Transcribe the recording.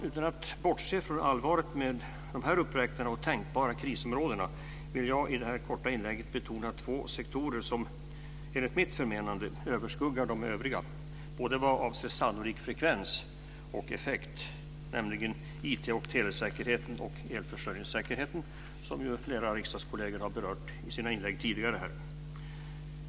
Utan att bortse från allvaret med de här uppräknade och tänkbara krisområdena vill jag i det här korta inlägget betona två sektorer som enligt mitt förmenande överskuggar de övriga både vad avser sannolik frekvens och effekt, nämligen IT och telesäkerheten och elförsörjningssäkerheten, som flera av riksdagskollegerna har berört i sina inlägg tidigare.